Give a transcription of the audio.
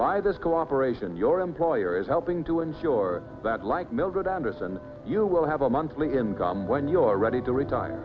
by this cooperation your employer is helping to ensure that like mildred andersen you will have a monthly income when your ready to retire